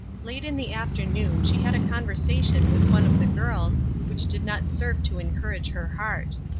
late in the afternoon she had a conversation with one of the girls which did not serve to encourage her heart.